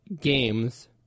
games